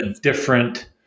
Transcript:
different